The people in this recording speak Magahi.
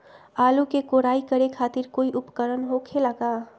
आलू के कोराई करे खातिर कोई उपकरण हो खेला का?